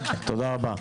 תודה רבה.